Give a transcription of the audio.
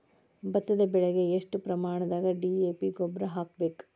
ಭತ್ತದ ಬೆಳಿಗೆ ಎಷ್ಟ ಪ್ರಮಾಣದಾಗ ಡಿ.ಎ.ಪಿ ಗೊಬ್ಬರ ಹಾಕ್ಬೇಕ?